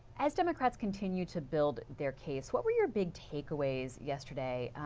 as democrats continue to build their case, what were your big take aways yesterday?